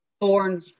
born